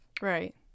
right